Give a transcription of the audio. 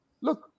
look